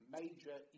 major